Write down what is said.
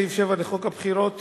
סעיף 7 לחוק הבחירות